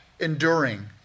Enduring